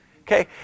Okay